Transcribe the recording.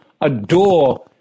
adore